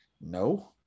No